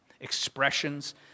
expressions